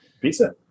pizza